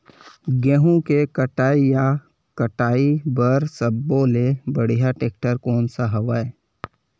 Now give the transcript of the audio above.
गेहूं के कटाई या कटाई बर सब्बो ले बढ़िया टेक्टर कोन सा हवय?